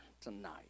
tonight